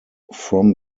from